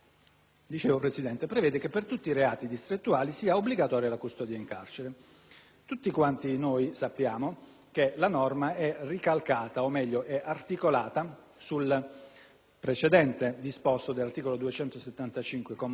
Tutti sappiamo che la norma è ricalcata, o meglio è articolata sul precedente disposto del terzo comma dell'articolo 275 del codice di procedura penale, che prevede l'obbligo della custodia cautelare in carcere,